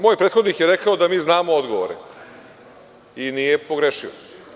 Moj prethodnik je rekao da znamo odgovore i nije pogrešio.